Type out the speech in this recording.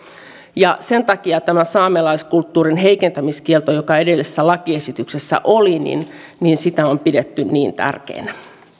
sen takia tätä saamelaiskulttuurin heikentämiskieltoa joka edellisessä lakiesityksessä oli on pidetty niin tärkeänä